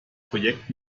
projekt